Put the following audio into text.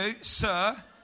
sir